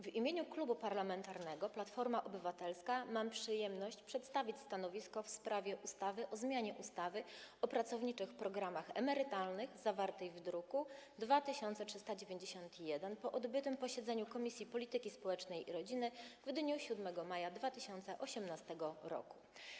W imieniu Klubu Parlamentarnego Platforma Obywatelska mam przyjemność przedstawić stanowisko w sprawie ustawy o zmianie ustawy o pracowniczych programach emerytalnych, zawartej w druku nr 2391, po posiedzeniu Komisji Polityki Społecznej i Rodziny odbytym w dniu 7 maja 2018 r.